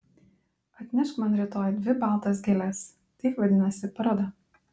atnešk man rytoj dvi baltas gėles taip vadinasi paroda